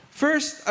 first